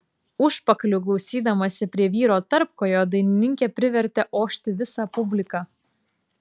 užpakaliu glaustydamasi prie vyro tarpkojo dainininkė privertė ošti visą publiką